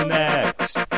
next